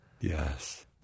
Yes